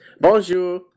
bonjour